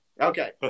Okay